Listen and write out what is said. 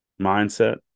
mindset